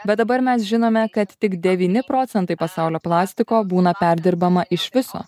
bet dabar mes žinome kad tik devyni procentai pasaulio plastiko būna perdirbama iš viso